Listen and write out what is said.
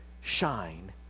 shine